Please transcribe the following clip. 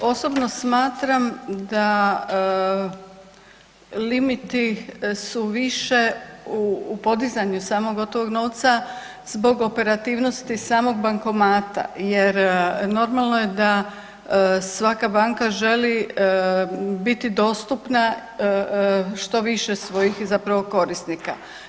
Pa osobno smatram da limiti su više u podizanju samog gotovog novca zbog operativnosti samog bankomata jer normalno je da svaka banka želi biti dostupna što više svojih zapravo korisnika.